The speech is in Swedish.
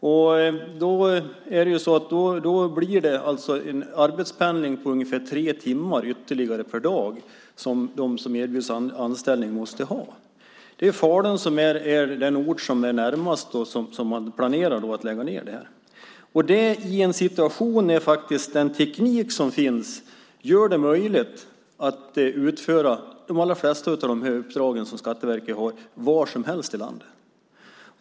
Och då blir det en arbetspendling på ungefär tre timmar ytterligare per dag som de som erbjuds anställning måste ha. Det är då Falun som är den ort som är närmast när man planerar att lägga ned det här. Det här sker i en situation när den teknik som finns faktiskt gör det möjligt att utföra de allra flesta av de uppdrag som Skatteverket har var som helst i landet.